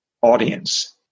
audience